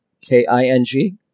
K-I-N-G